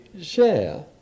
share